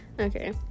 Okay